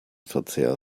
verzehr